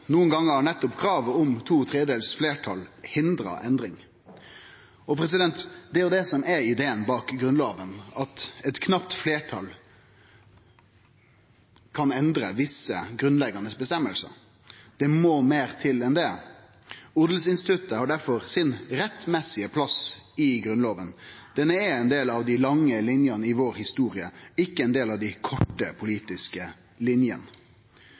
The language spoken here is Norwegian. gonger har nettopp kravet om to tredjedels fleirtal hindra endring. Det er jo det som er ideen bak Grunnlova, at eit knapt fleirtal ikkje kan endre visse grunnleggjande avgjerder – det må meir til enn det. Odelsinstituttet har difor den rettmessige plassen sin i Grunnlova, det er ein del av dei lange linjene i historia vår, ikkje ein del av dei korte politiske linjene.